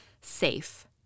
safe